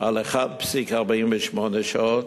על 1.48 שעות,